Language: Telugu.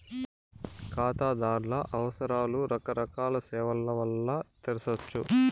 కాతాదార్ల అవసరాలు రకరకాల సేవల్ల వల్ల తెర్సొచ్చు